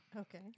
Okay